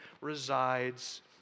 resides